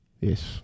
Yes